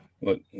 Look